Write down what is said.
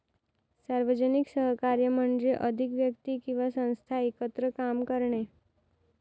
सार्वजनिक सहकार्य म्हणजे अधिक व्यक्ती किंवा संस्था एकत्र काम करणे